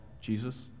Jesus